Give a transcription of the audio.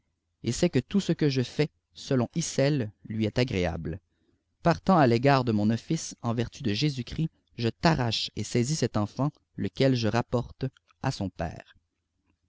et sais ïué tout ce que je fais selon icelle lui est agréable partant à l'égard dé mon office en vertu de lésus christ jq t'rrae et sai cet enfant lequel je rapporte à son père